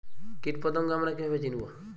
কীটপতঙ্গ আমরা কীভাবে চিনব?